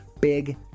big